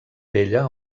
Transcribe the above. bella